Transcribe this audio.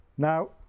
Now